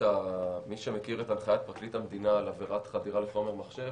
מי שמכיר את הנחית פרקליט המדינה על עבירת חדירה לחומר מחשב,